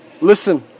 Listen